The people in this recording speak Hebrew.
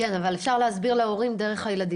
-- אבל בדיוק